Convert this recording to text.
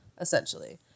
essentially